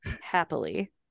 happily